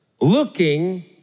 Looking